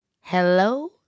Hello